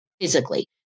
physically